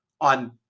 on